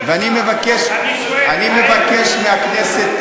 אני מבקש מהכנסת